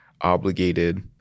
obligated